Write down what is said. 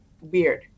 weird